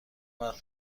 وقت